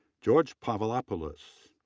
george pavlopoulos,